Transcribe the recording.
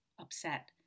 upset